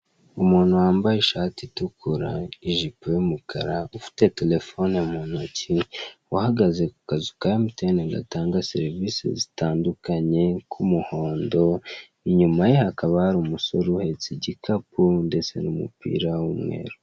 Umuntu wambaye ishati itukura ijipo y'umukara ufite terefone mu ntoki, uhagaze ku kazu ka MTN gatanga serivise zitandukanye k'umuhondo, inyuma ye hakaba hari umusore uhetse igikapu ndetse n'umupira w'umweru.